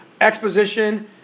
exposition